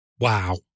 Wow